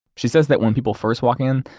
she says that when people first walk in,